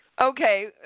Okay